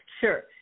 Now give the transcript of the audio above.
Sure